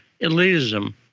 elitism